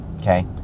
okay